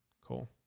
cool